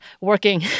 working